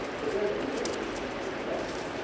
but then at the end it's fast,